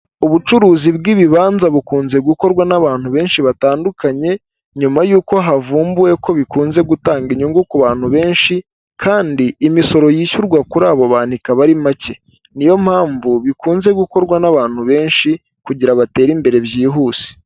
Ubucuruzi bw'ibibanza bukunze gukorwa n'abantu benshi batandukanye, nyuma y'uko havumbuwe ko bikunze gutanga inyungu ku bantu benshi kandi imisoro yishyurwa kuri abo bantu ikaba ari make. Ni yo mpamvu bikunze gukorwa n'abantu benshi, kugira batere imbere byihuse.